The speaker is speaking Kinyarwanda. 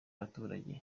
abaturage